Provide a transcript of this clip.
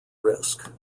risk